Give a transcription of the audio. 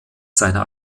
seiner